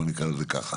בוא נקרא לזה ככה.